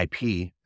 IP